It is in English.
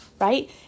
right